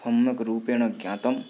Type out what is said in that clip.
सम्यग्रूपेण ज्ञातं